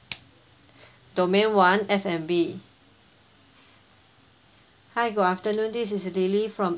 domain one F&B hi good afternoon this is lily from